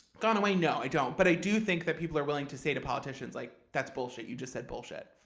gone away? no, i don't. but i do think that people are willing to say to politicians, like that's bullshit. you just said bullshit.